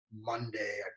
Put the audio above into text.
Monday